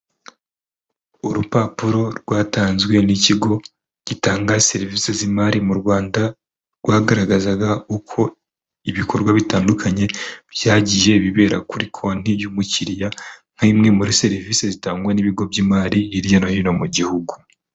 Urupapuro rwatanzwe n'ikigo gitanga serivisi z'imari mu Rwanda, rwagaragazaga uko ibikorwa bitandukanye byagiye bibera kuri konti y'umukiriya nk'imwe muri serivisi zitangwa n'ibigo by'imari hirya no hino mu gihugu.